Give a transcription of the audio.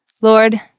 Lord